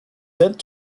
sent